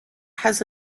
has